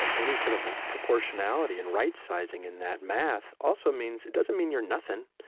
but any sort of proportionality and right-sizing in that math also means it doesn't mean you're nothing.